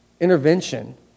intervention